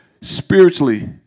spiritually